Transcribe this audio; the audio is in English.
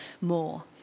more